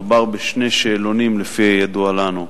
מדובר בשני שאלונים, לפי הידוע לנו,